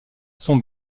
son